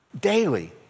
daily